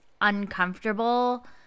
uncomfortable